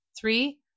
Three